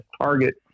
target